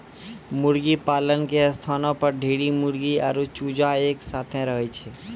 मुर्गीपालन के स्थानो पर ढेरी मुर्गी आरु चूजा एक साथै रहै छै